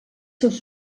seus